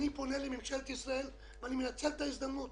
אני פונה לממשלת ישראל, ואני מנצל את ההזדמנות,